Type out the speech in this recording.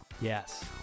Yes